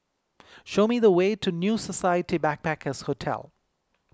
show me the way to New Society Backpackers' Hotel